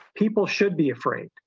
people should be afraid.